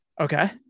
Okay